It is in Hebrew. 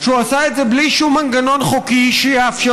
שהוא עשה את זה בלי שום מנגנון חוקי שיאפשר